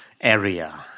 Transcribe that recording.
area